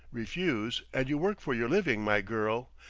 refuse, and you work for your living, my girl!